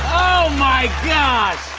oh, my gosh.